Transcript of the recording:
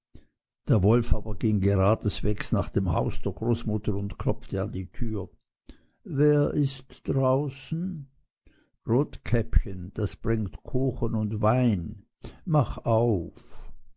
der wolf aber ging geradeswegs nach dem haus der großmutter und klopfte an die türe wer ist draußen rotkäppchen das bringt kuchen und wein mach auf